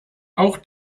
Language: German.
auch